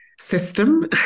system